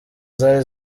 zari